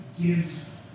gives